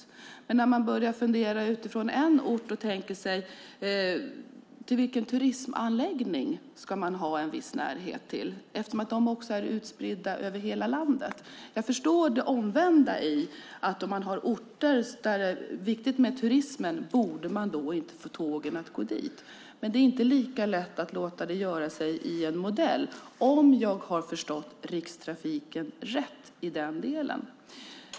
Men det blir annorlunda när man börjar fundera utifrån en ort och tänker sig till vilken turistanläggning man ska ha en viss närhet eftersom de är utspridda över hela landet. Jag förstår det omvända: Om man har orter där turismen är viktig, borde man då inte få tågen att gå dit? Men det är inte lika lätt att detta låter sig göras i en modell - om jag har förstått Rikstrafiken rätt i den delen.